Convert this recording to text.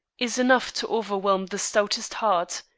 is enough to overwhelm the stoutest heart.